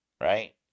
right